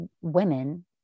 women